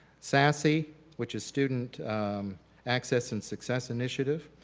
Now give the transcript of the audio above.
sasi which is student access in success initiative,